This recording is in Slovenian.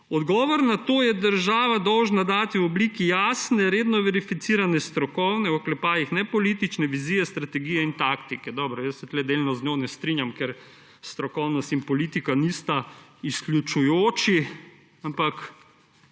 Odgovor na to je država dolžna dati v obliki jasne, redno verificirane strokovne (nepolitične) vizije, strategije in taktike.« Dobro, tu se delno z njo ne strinjam, ker strokovnost in politika nista izključujoči se. Ampak